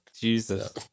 Jesus